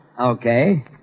Okay